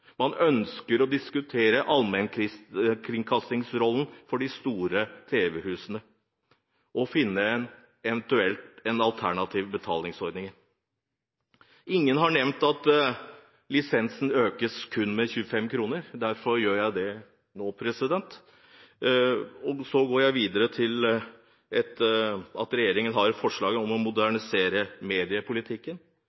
man ønsker å diskutere allmennkringkastingsrollen for de store TV-husene og eventuelt finne en alternativ betalingsordning. Ingen har nevnt at lisensen økes med kun 25 kr, derfor gjør jeg det nå. Så går jeg videre til at regjeringen har et forslag om å